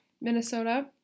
Minnesota